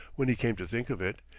when he came to think of it,